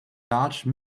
large